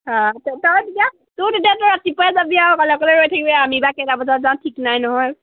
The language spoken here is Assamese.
হা তই তেতিয়া তোৰ তেতিয়া তই ৰাতিপুৱা যাবি আৰু অকলে অকলে ৰৈ থাকিবি আমি বা কেইটা বজাত যাওঁ ঠিক নাই নহয়